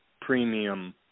premium